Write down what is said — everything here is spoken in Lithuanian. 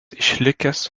išlikęs